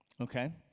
okay